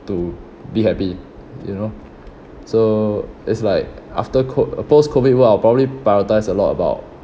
to be happy you know so it's like after CO~ post COVID world I'll probably prioritise a lot about